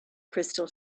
crystal